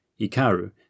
Ikaru